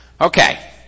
Okay